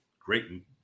great